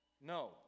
No